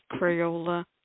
Crayola